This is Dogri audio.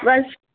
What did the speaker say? बस